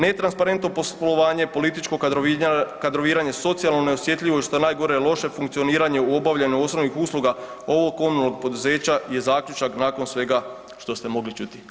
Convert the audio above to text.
Netransparentno poslovanje, političko kadroviranje, socijalnu neosjetljivost, što je najgore loše funkcioniranje u obavljanju uslužnih usluga ovo komunalno poduzeća je zaključak nakon svega što ste mogli čuti.